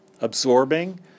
Absorbing